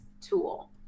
tool